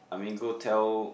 I mean go tell